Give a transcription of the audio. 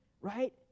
Right